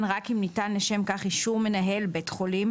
רק אם ניתן לשם כך אישור מנהל בית חולים,